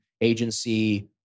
agency